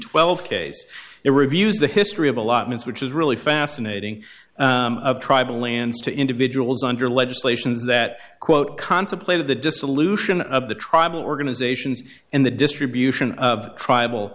twelve case it reviews the history of allotment which is really fascinating tribal lands to individuals under legislations that quote contemplated the dissolution of the tribal organizations and the distribution of tribal